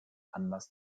anlass